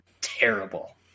terrible